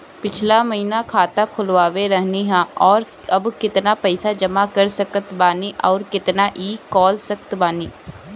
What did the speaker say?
पिछला महीना खाता खोलवैले रहनी ह और अब केतना पैसा जमा कर सकत बानी आउर केतना इ कॉलसकत बानी?